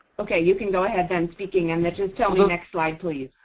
okay, you can go ahead, and speaking and just tell me next slide please.